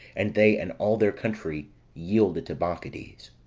and they and all their country yielded to bacchides.